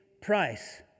price